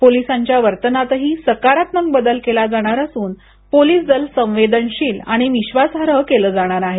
पोलिसांच्या वर्तनातही सकारात्मक बदल केला जाणार असून पोलीस दल संवेदनशील आणि विश्वासार्ह केलं जाणार आहे